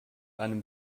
einem